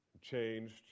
changed